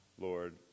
Lord